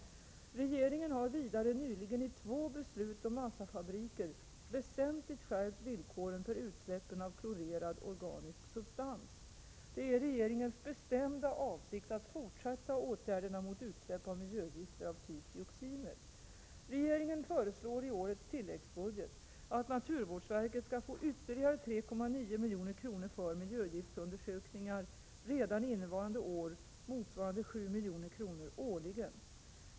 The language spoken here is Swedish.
Regeringen har vidare nyligen i två beslut om massafabriker väsentligt skärpt villkoren för utsläppen av klorerad organisk substans. Det är regeringens bestämda avsikt att fortsätta åtgärderna mot utsläpp av miljögifter av typ dioxiner. Regeringen föreslår i årets tilläggsbudget att naturvårdsverket skall få ytterligare 3,9 milj.kr. för miljögiftsundersökningar redan innevarande år, motsvarande 7 milj.kr. årligen.